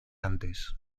antes